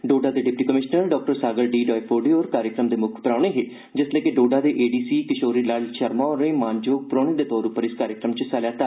डोडा दे deputy commissioner doctor Sagar D Doifode होर कार्यक्रम दे मुक्ख परौह्ने हे जिसलै के डोडा दे एडीसी किशोरी लाल शर्मा होरें मानजोग परौहने दे तौर उप्पर कार्यक्रम च हिस्सा लैता